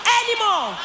anymore